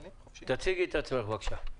תציגי את עצמך בבקשה.